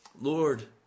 Lord